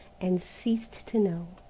and ceased to know.